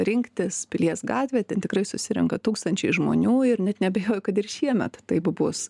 rinktis pilies gatvėj ten tikrai susirenka tūkstančiai žmonių ir net neabejoju kad ir šiemet taip bus